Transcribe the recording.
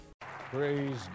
Praise